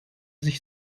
sich